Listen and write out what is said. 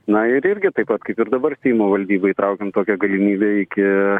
na ir irgi taip pat kaip ir dabar seimo valdyba įtraukėm tokią galimybę iki